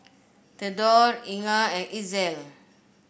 Thedore Inga and Itzel